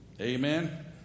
Amen